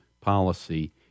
policy